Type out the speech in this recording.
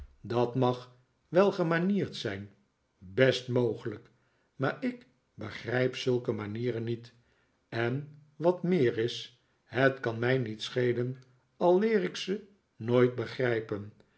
dat mag welgemanierd zijn best mogelijk maar ik begrijp zulke manieren niet en wat meer is het kan mij niet schelen al leer ik ze nooit begrijpen